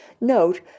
Note